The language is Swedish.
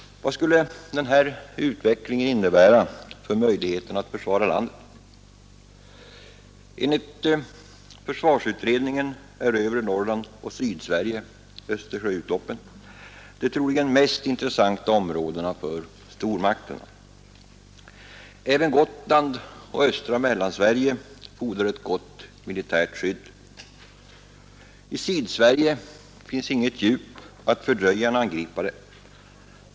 Vad skulle denna utveckling innebära för möjligheterna att försvara landet? Enligt försvarsutredningen är övre Norrland och Sydsverige de troligen mest intressanta områdena för stormakterna. Även Gotland och östra Mellansverige fordrar ett gott militärt skydd. I Sydsverige finns inget djup för att fördröja en angripare.